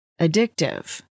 addictive